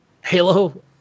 Halo